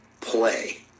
play